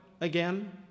again